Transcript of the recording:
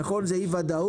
נכון שיש אי-ודאות,